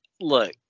look